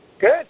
Good